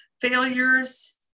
failures